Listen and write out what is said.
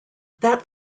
that